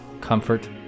comfort